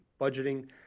budgeting